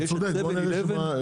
יש את "סבן אילבן".